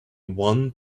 one